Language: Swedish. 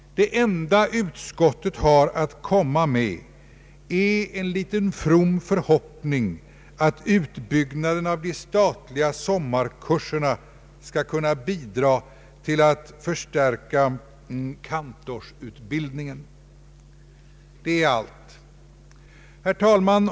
Det enda utskottet har att komma med är en liten from förhoppning, ait utbyggnaden av de statliga sommarkurserna skall kunna bidra till att förstärka kantorsutbildningen. Det är allt. Herr talman!